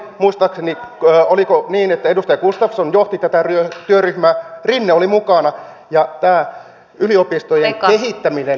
muistaakseni oliko niin edustaja gustafsson johti tätä työryhmää rinne oli mukana ja tämä yliopistojen kehittäminen tuli tämän vaalikauden puolelle